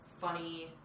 funny